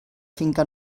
finca